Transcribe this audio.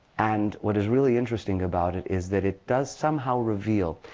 and what is really interesting about it is that it does somehow reveal,